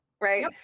Right